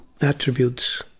attributes